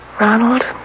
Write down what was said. Ronald